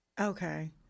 Okay